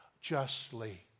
justly